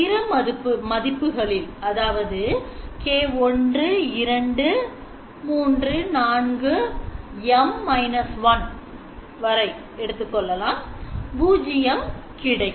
பிற மதிப்புகளில் அதாவது K12 M 1 பூஜியம் கிடைக்கும்